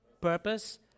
Purpose